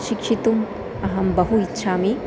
शिक्षितुम् अहं बहु इच्छामि